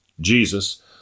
Jesus